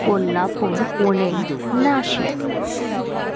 Kolhapur Pune Nashik